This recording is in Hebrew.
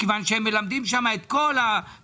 מכיוון שהם מלמדים שם את כל הבגרות,